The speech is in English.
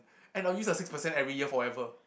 and I'll use the six percent every year forever